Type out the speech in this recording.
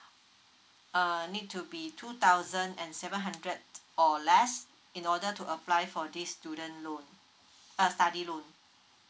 uh need to be two thousand and seven hundred or less in order to apply for this student loan uh study loan